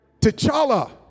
t'challa